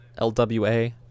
LWA